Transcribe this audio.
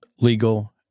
Legal